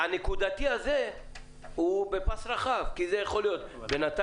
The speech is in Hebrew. הדבר הנקודתי הזה הוא בפס רחב כי זה יכול להיות בנתניה,